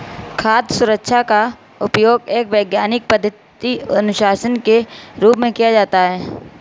खाद्य सुरक्षा का उपयोग एक वैज्ञानिक पद्धति अनुशासन के रूप में किया जाता है